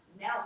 now